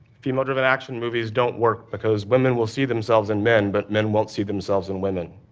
female-driven action movies don't work, because women will see themselves in men, but men won't see themselves in women.